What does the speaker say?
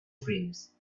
frames